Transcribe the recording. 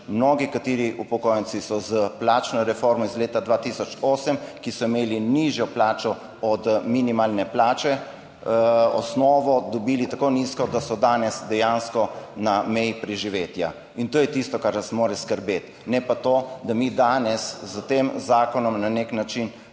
mnogi kateri upokojenci so s plačno reformo iz leta 2008, ki so imeli nižjo plačo od minimalne plače, osnovo dobili tako nizko, da so danes dejansko na meji preživetja. In to je tisto, kar nas mora skrbeti, ne pa to, da mi danes s tem zakonom na nek način